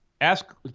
ask